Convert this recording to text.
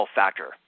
factor